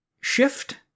shift